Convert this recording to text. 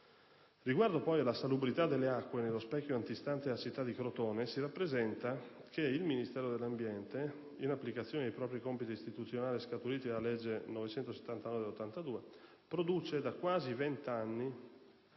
Riguardo poi alla salubrità delle acque nello specchio antistante la città di Crotone, si rappresenta che il Ministero dell'ambiente, in applicazione dei propri compiti istituzionali, scaturiti dalla legge n. 979 del 1982, conduce da quasi vent'anni